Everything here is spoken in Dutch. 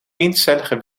eencellige